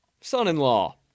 Son-in-law